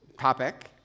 topic